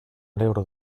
alegro